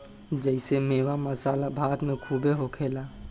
जेइसे मेवा, मसाला भारत मे खूबे होखेला